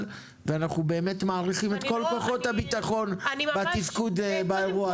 ואנחנו באמת מעריכים את כל כוחות הביטחון בתפקוד באירוע הזה.